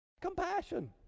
compassion